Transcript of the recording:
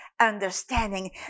understanding